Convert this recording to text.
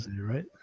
right